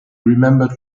remembered